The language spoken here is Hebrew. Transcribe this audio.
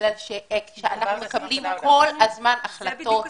כשאנחנו מקבלים כל הזמן החלטות